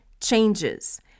changes